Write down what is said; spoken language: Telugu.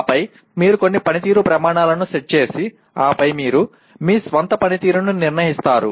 ఆపై మీరు కొన్ని పనితీరు ప్రమాణాలను సెట్ చేసి ఆపై మీరు మీ స్వంత పనితీరును నిర్ణయిస్తారు